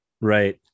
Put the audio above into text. Right